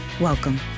Welcome